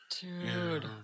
Dude